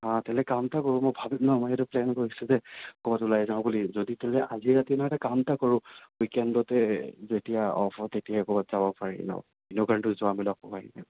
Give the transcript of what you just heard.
তেনেহ'লে কাম এটা কৰোঁ ভাবিম ন মই সেইটো প্লেন কৰিছিলোঁ যে ক'ৰবাত ওলাই যাওঁ বুলি যদি তেনেহ'লে আজি ৰাতি নহয় এটা কাম এটা কৰোঁ উইকেণ্ডতে যেতিয়া অফ হয় তেতিয়াই ক'ৰবাত যাব পাৰি ন এনেও কালিতো যোৱা মেলা হোৱাই নাই ন